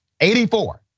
84